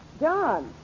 John